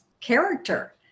character